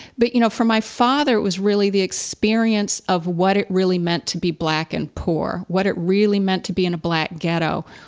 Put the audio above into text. but you know, for my father, it was really the experience of what it really meant to be black and poor, what it really meant to be in a black ghetto,